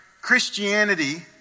Christianity